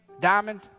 diamond